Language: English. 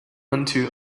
unto